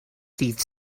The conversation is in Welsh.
ddydd